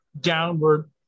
downward